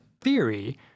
theory